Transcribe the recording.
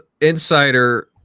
Insider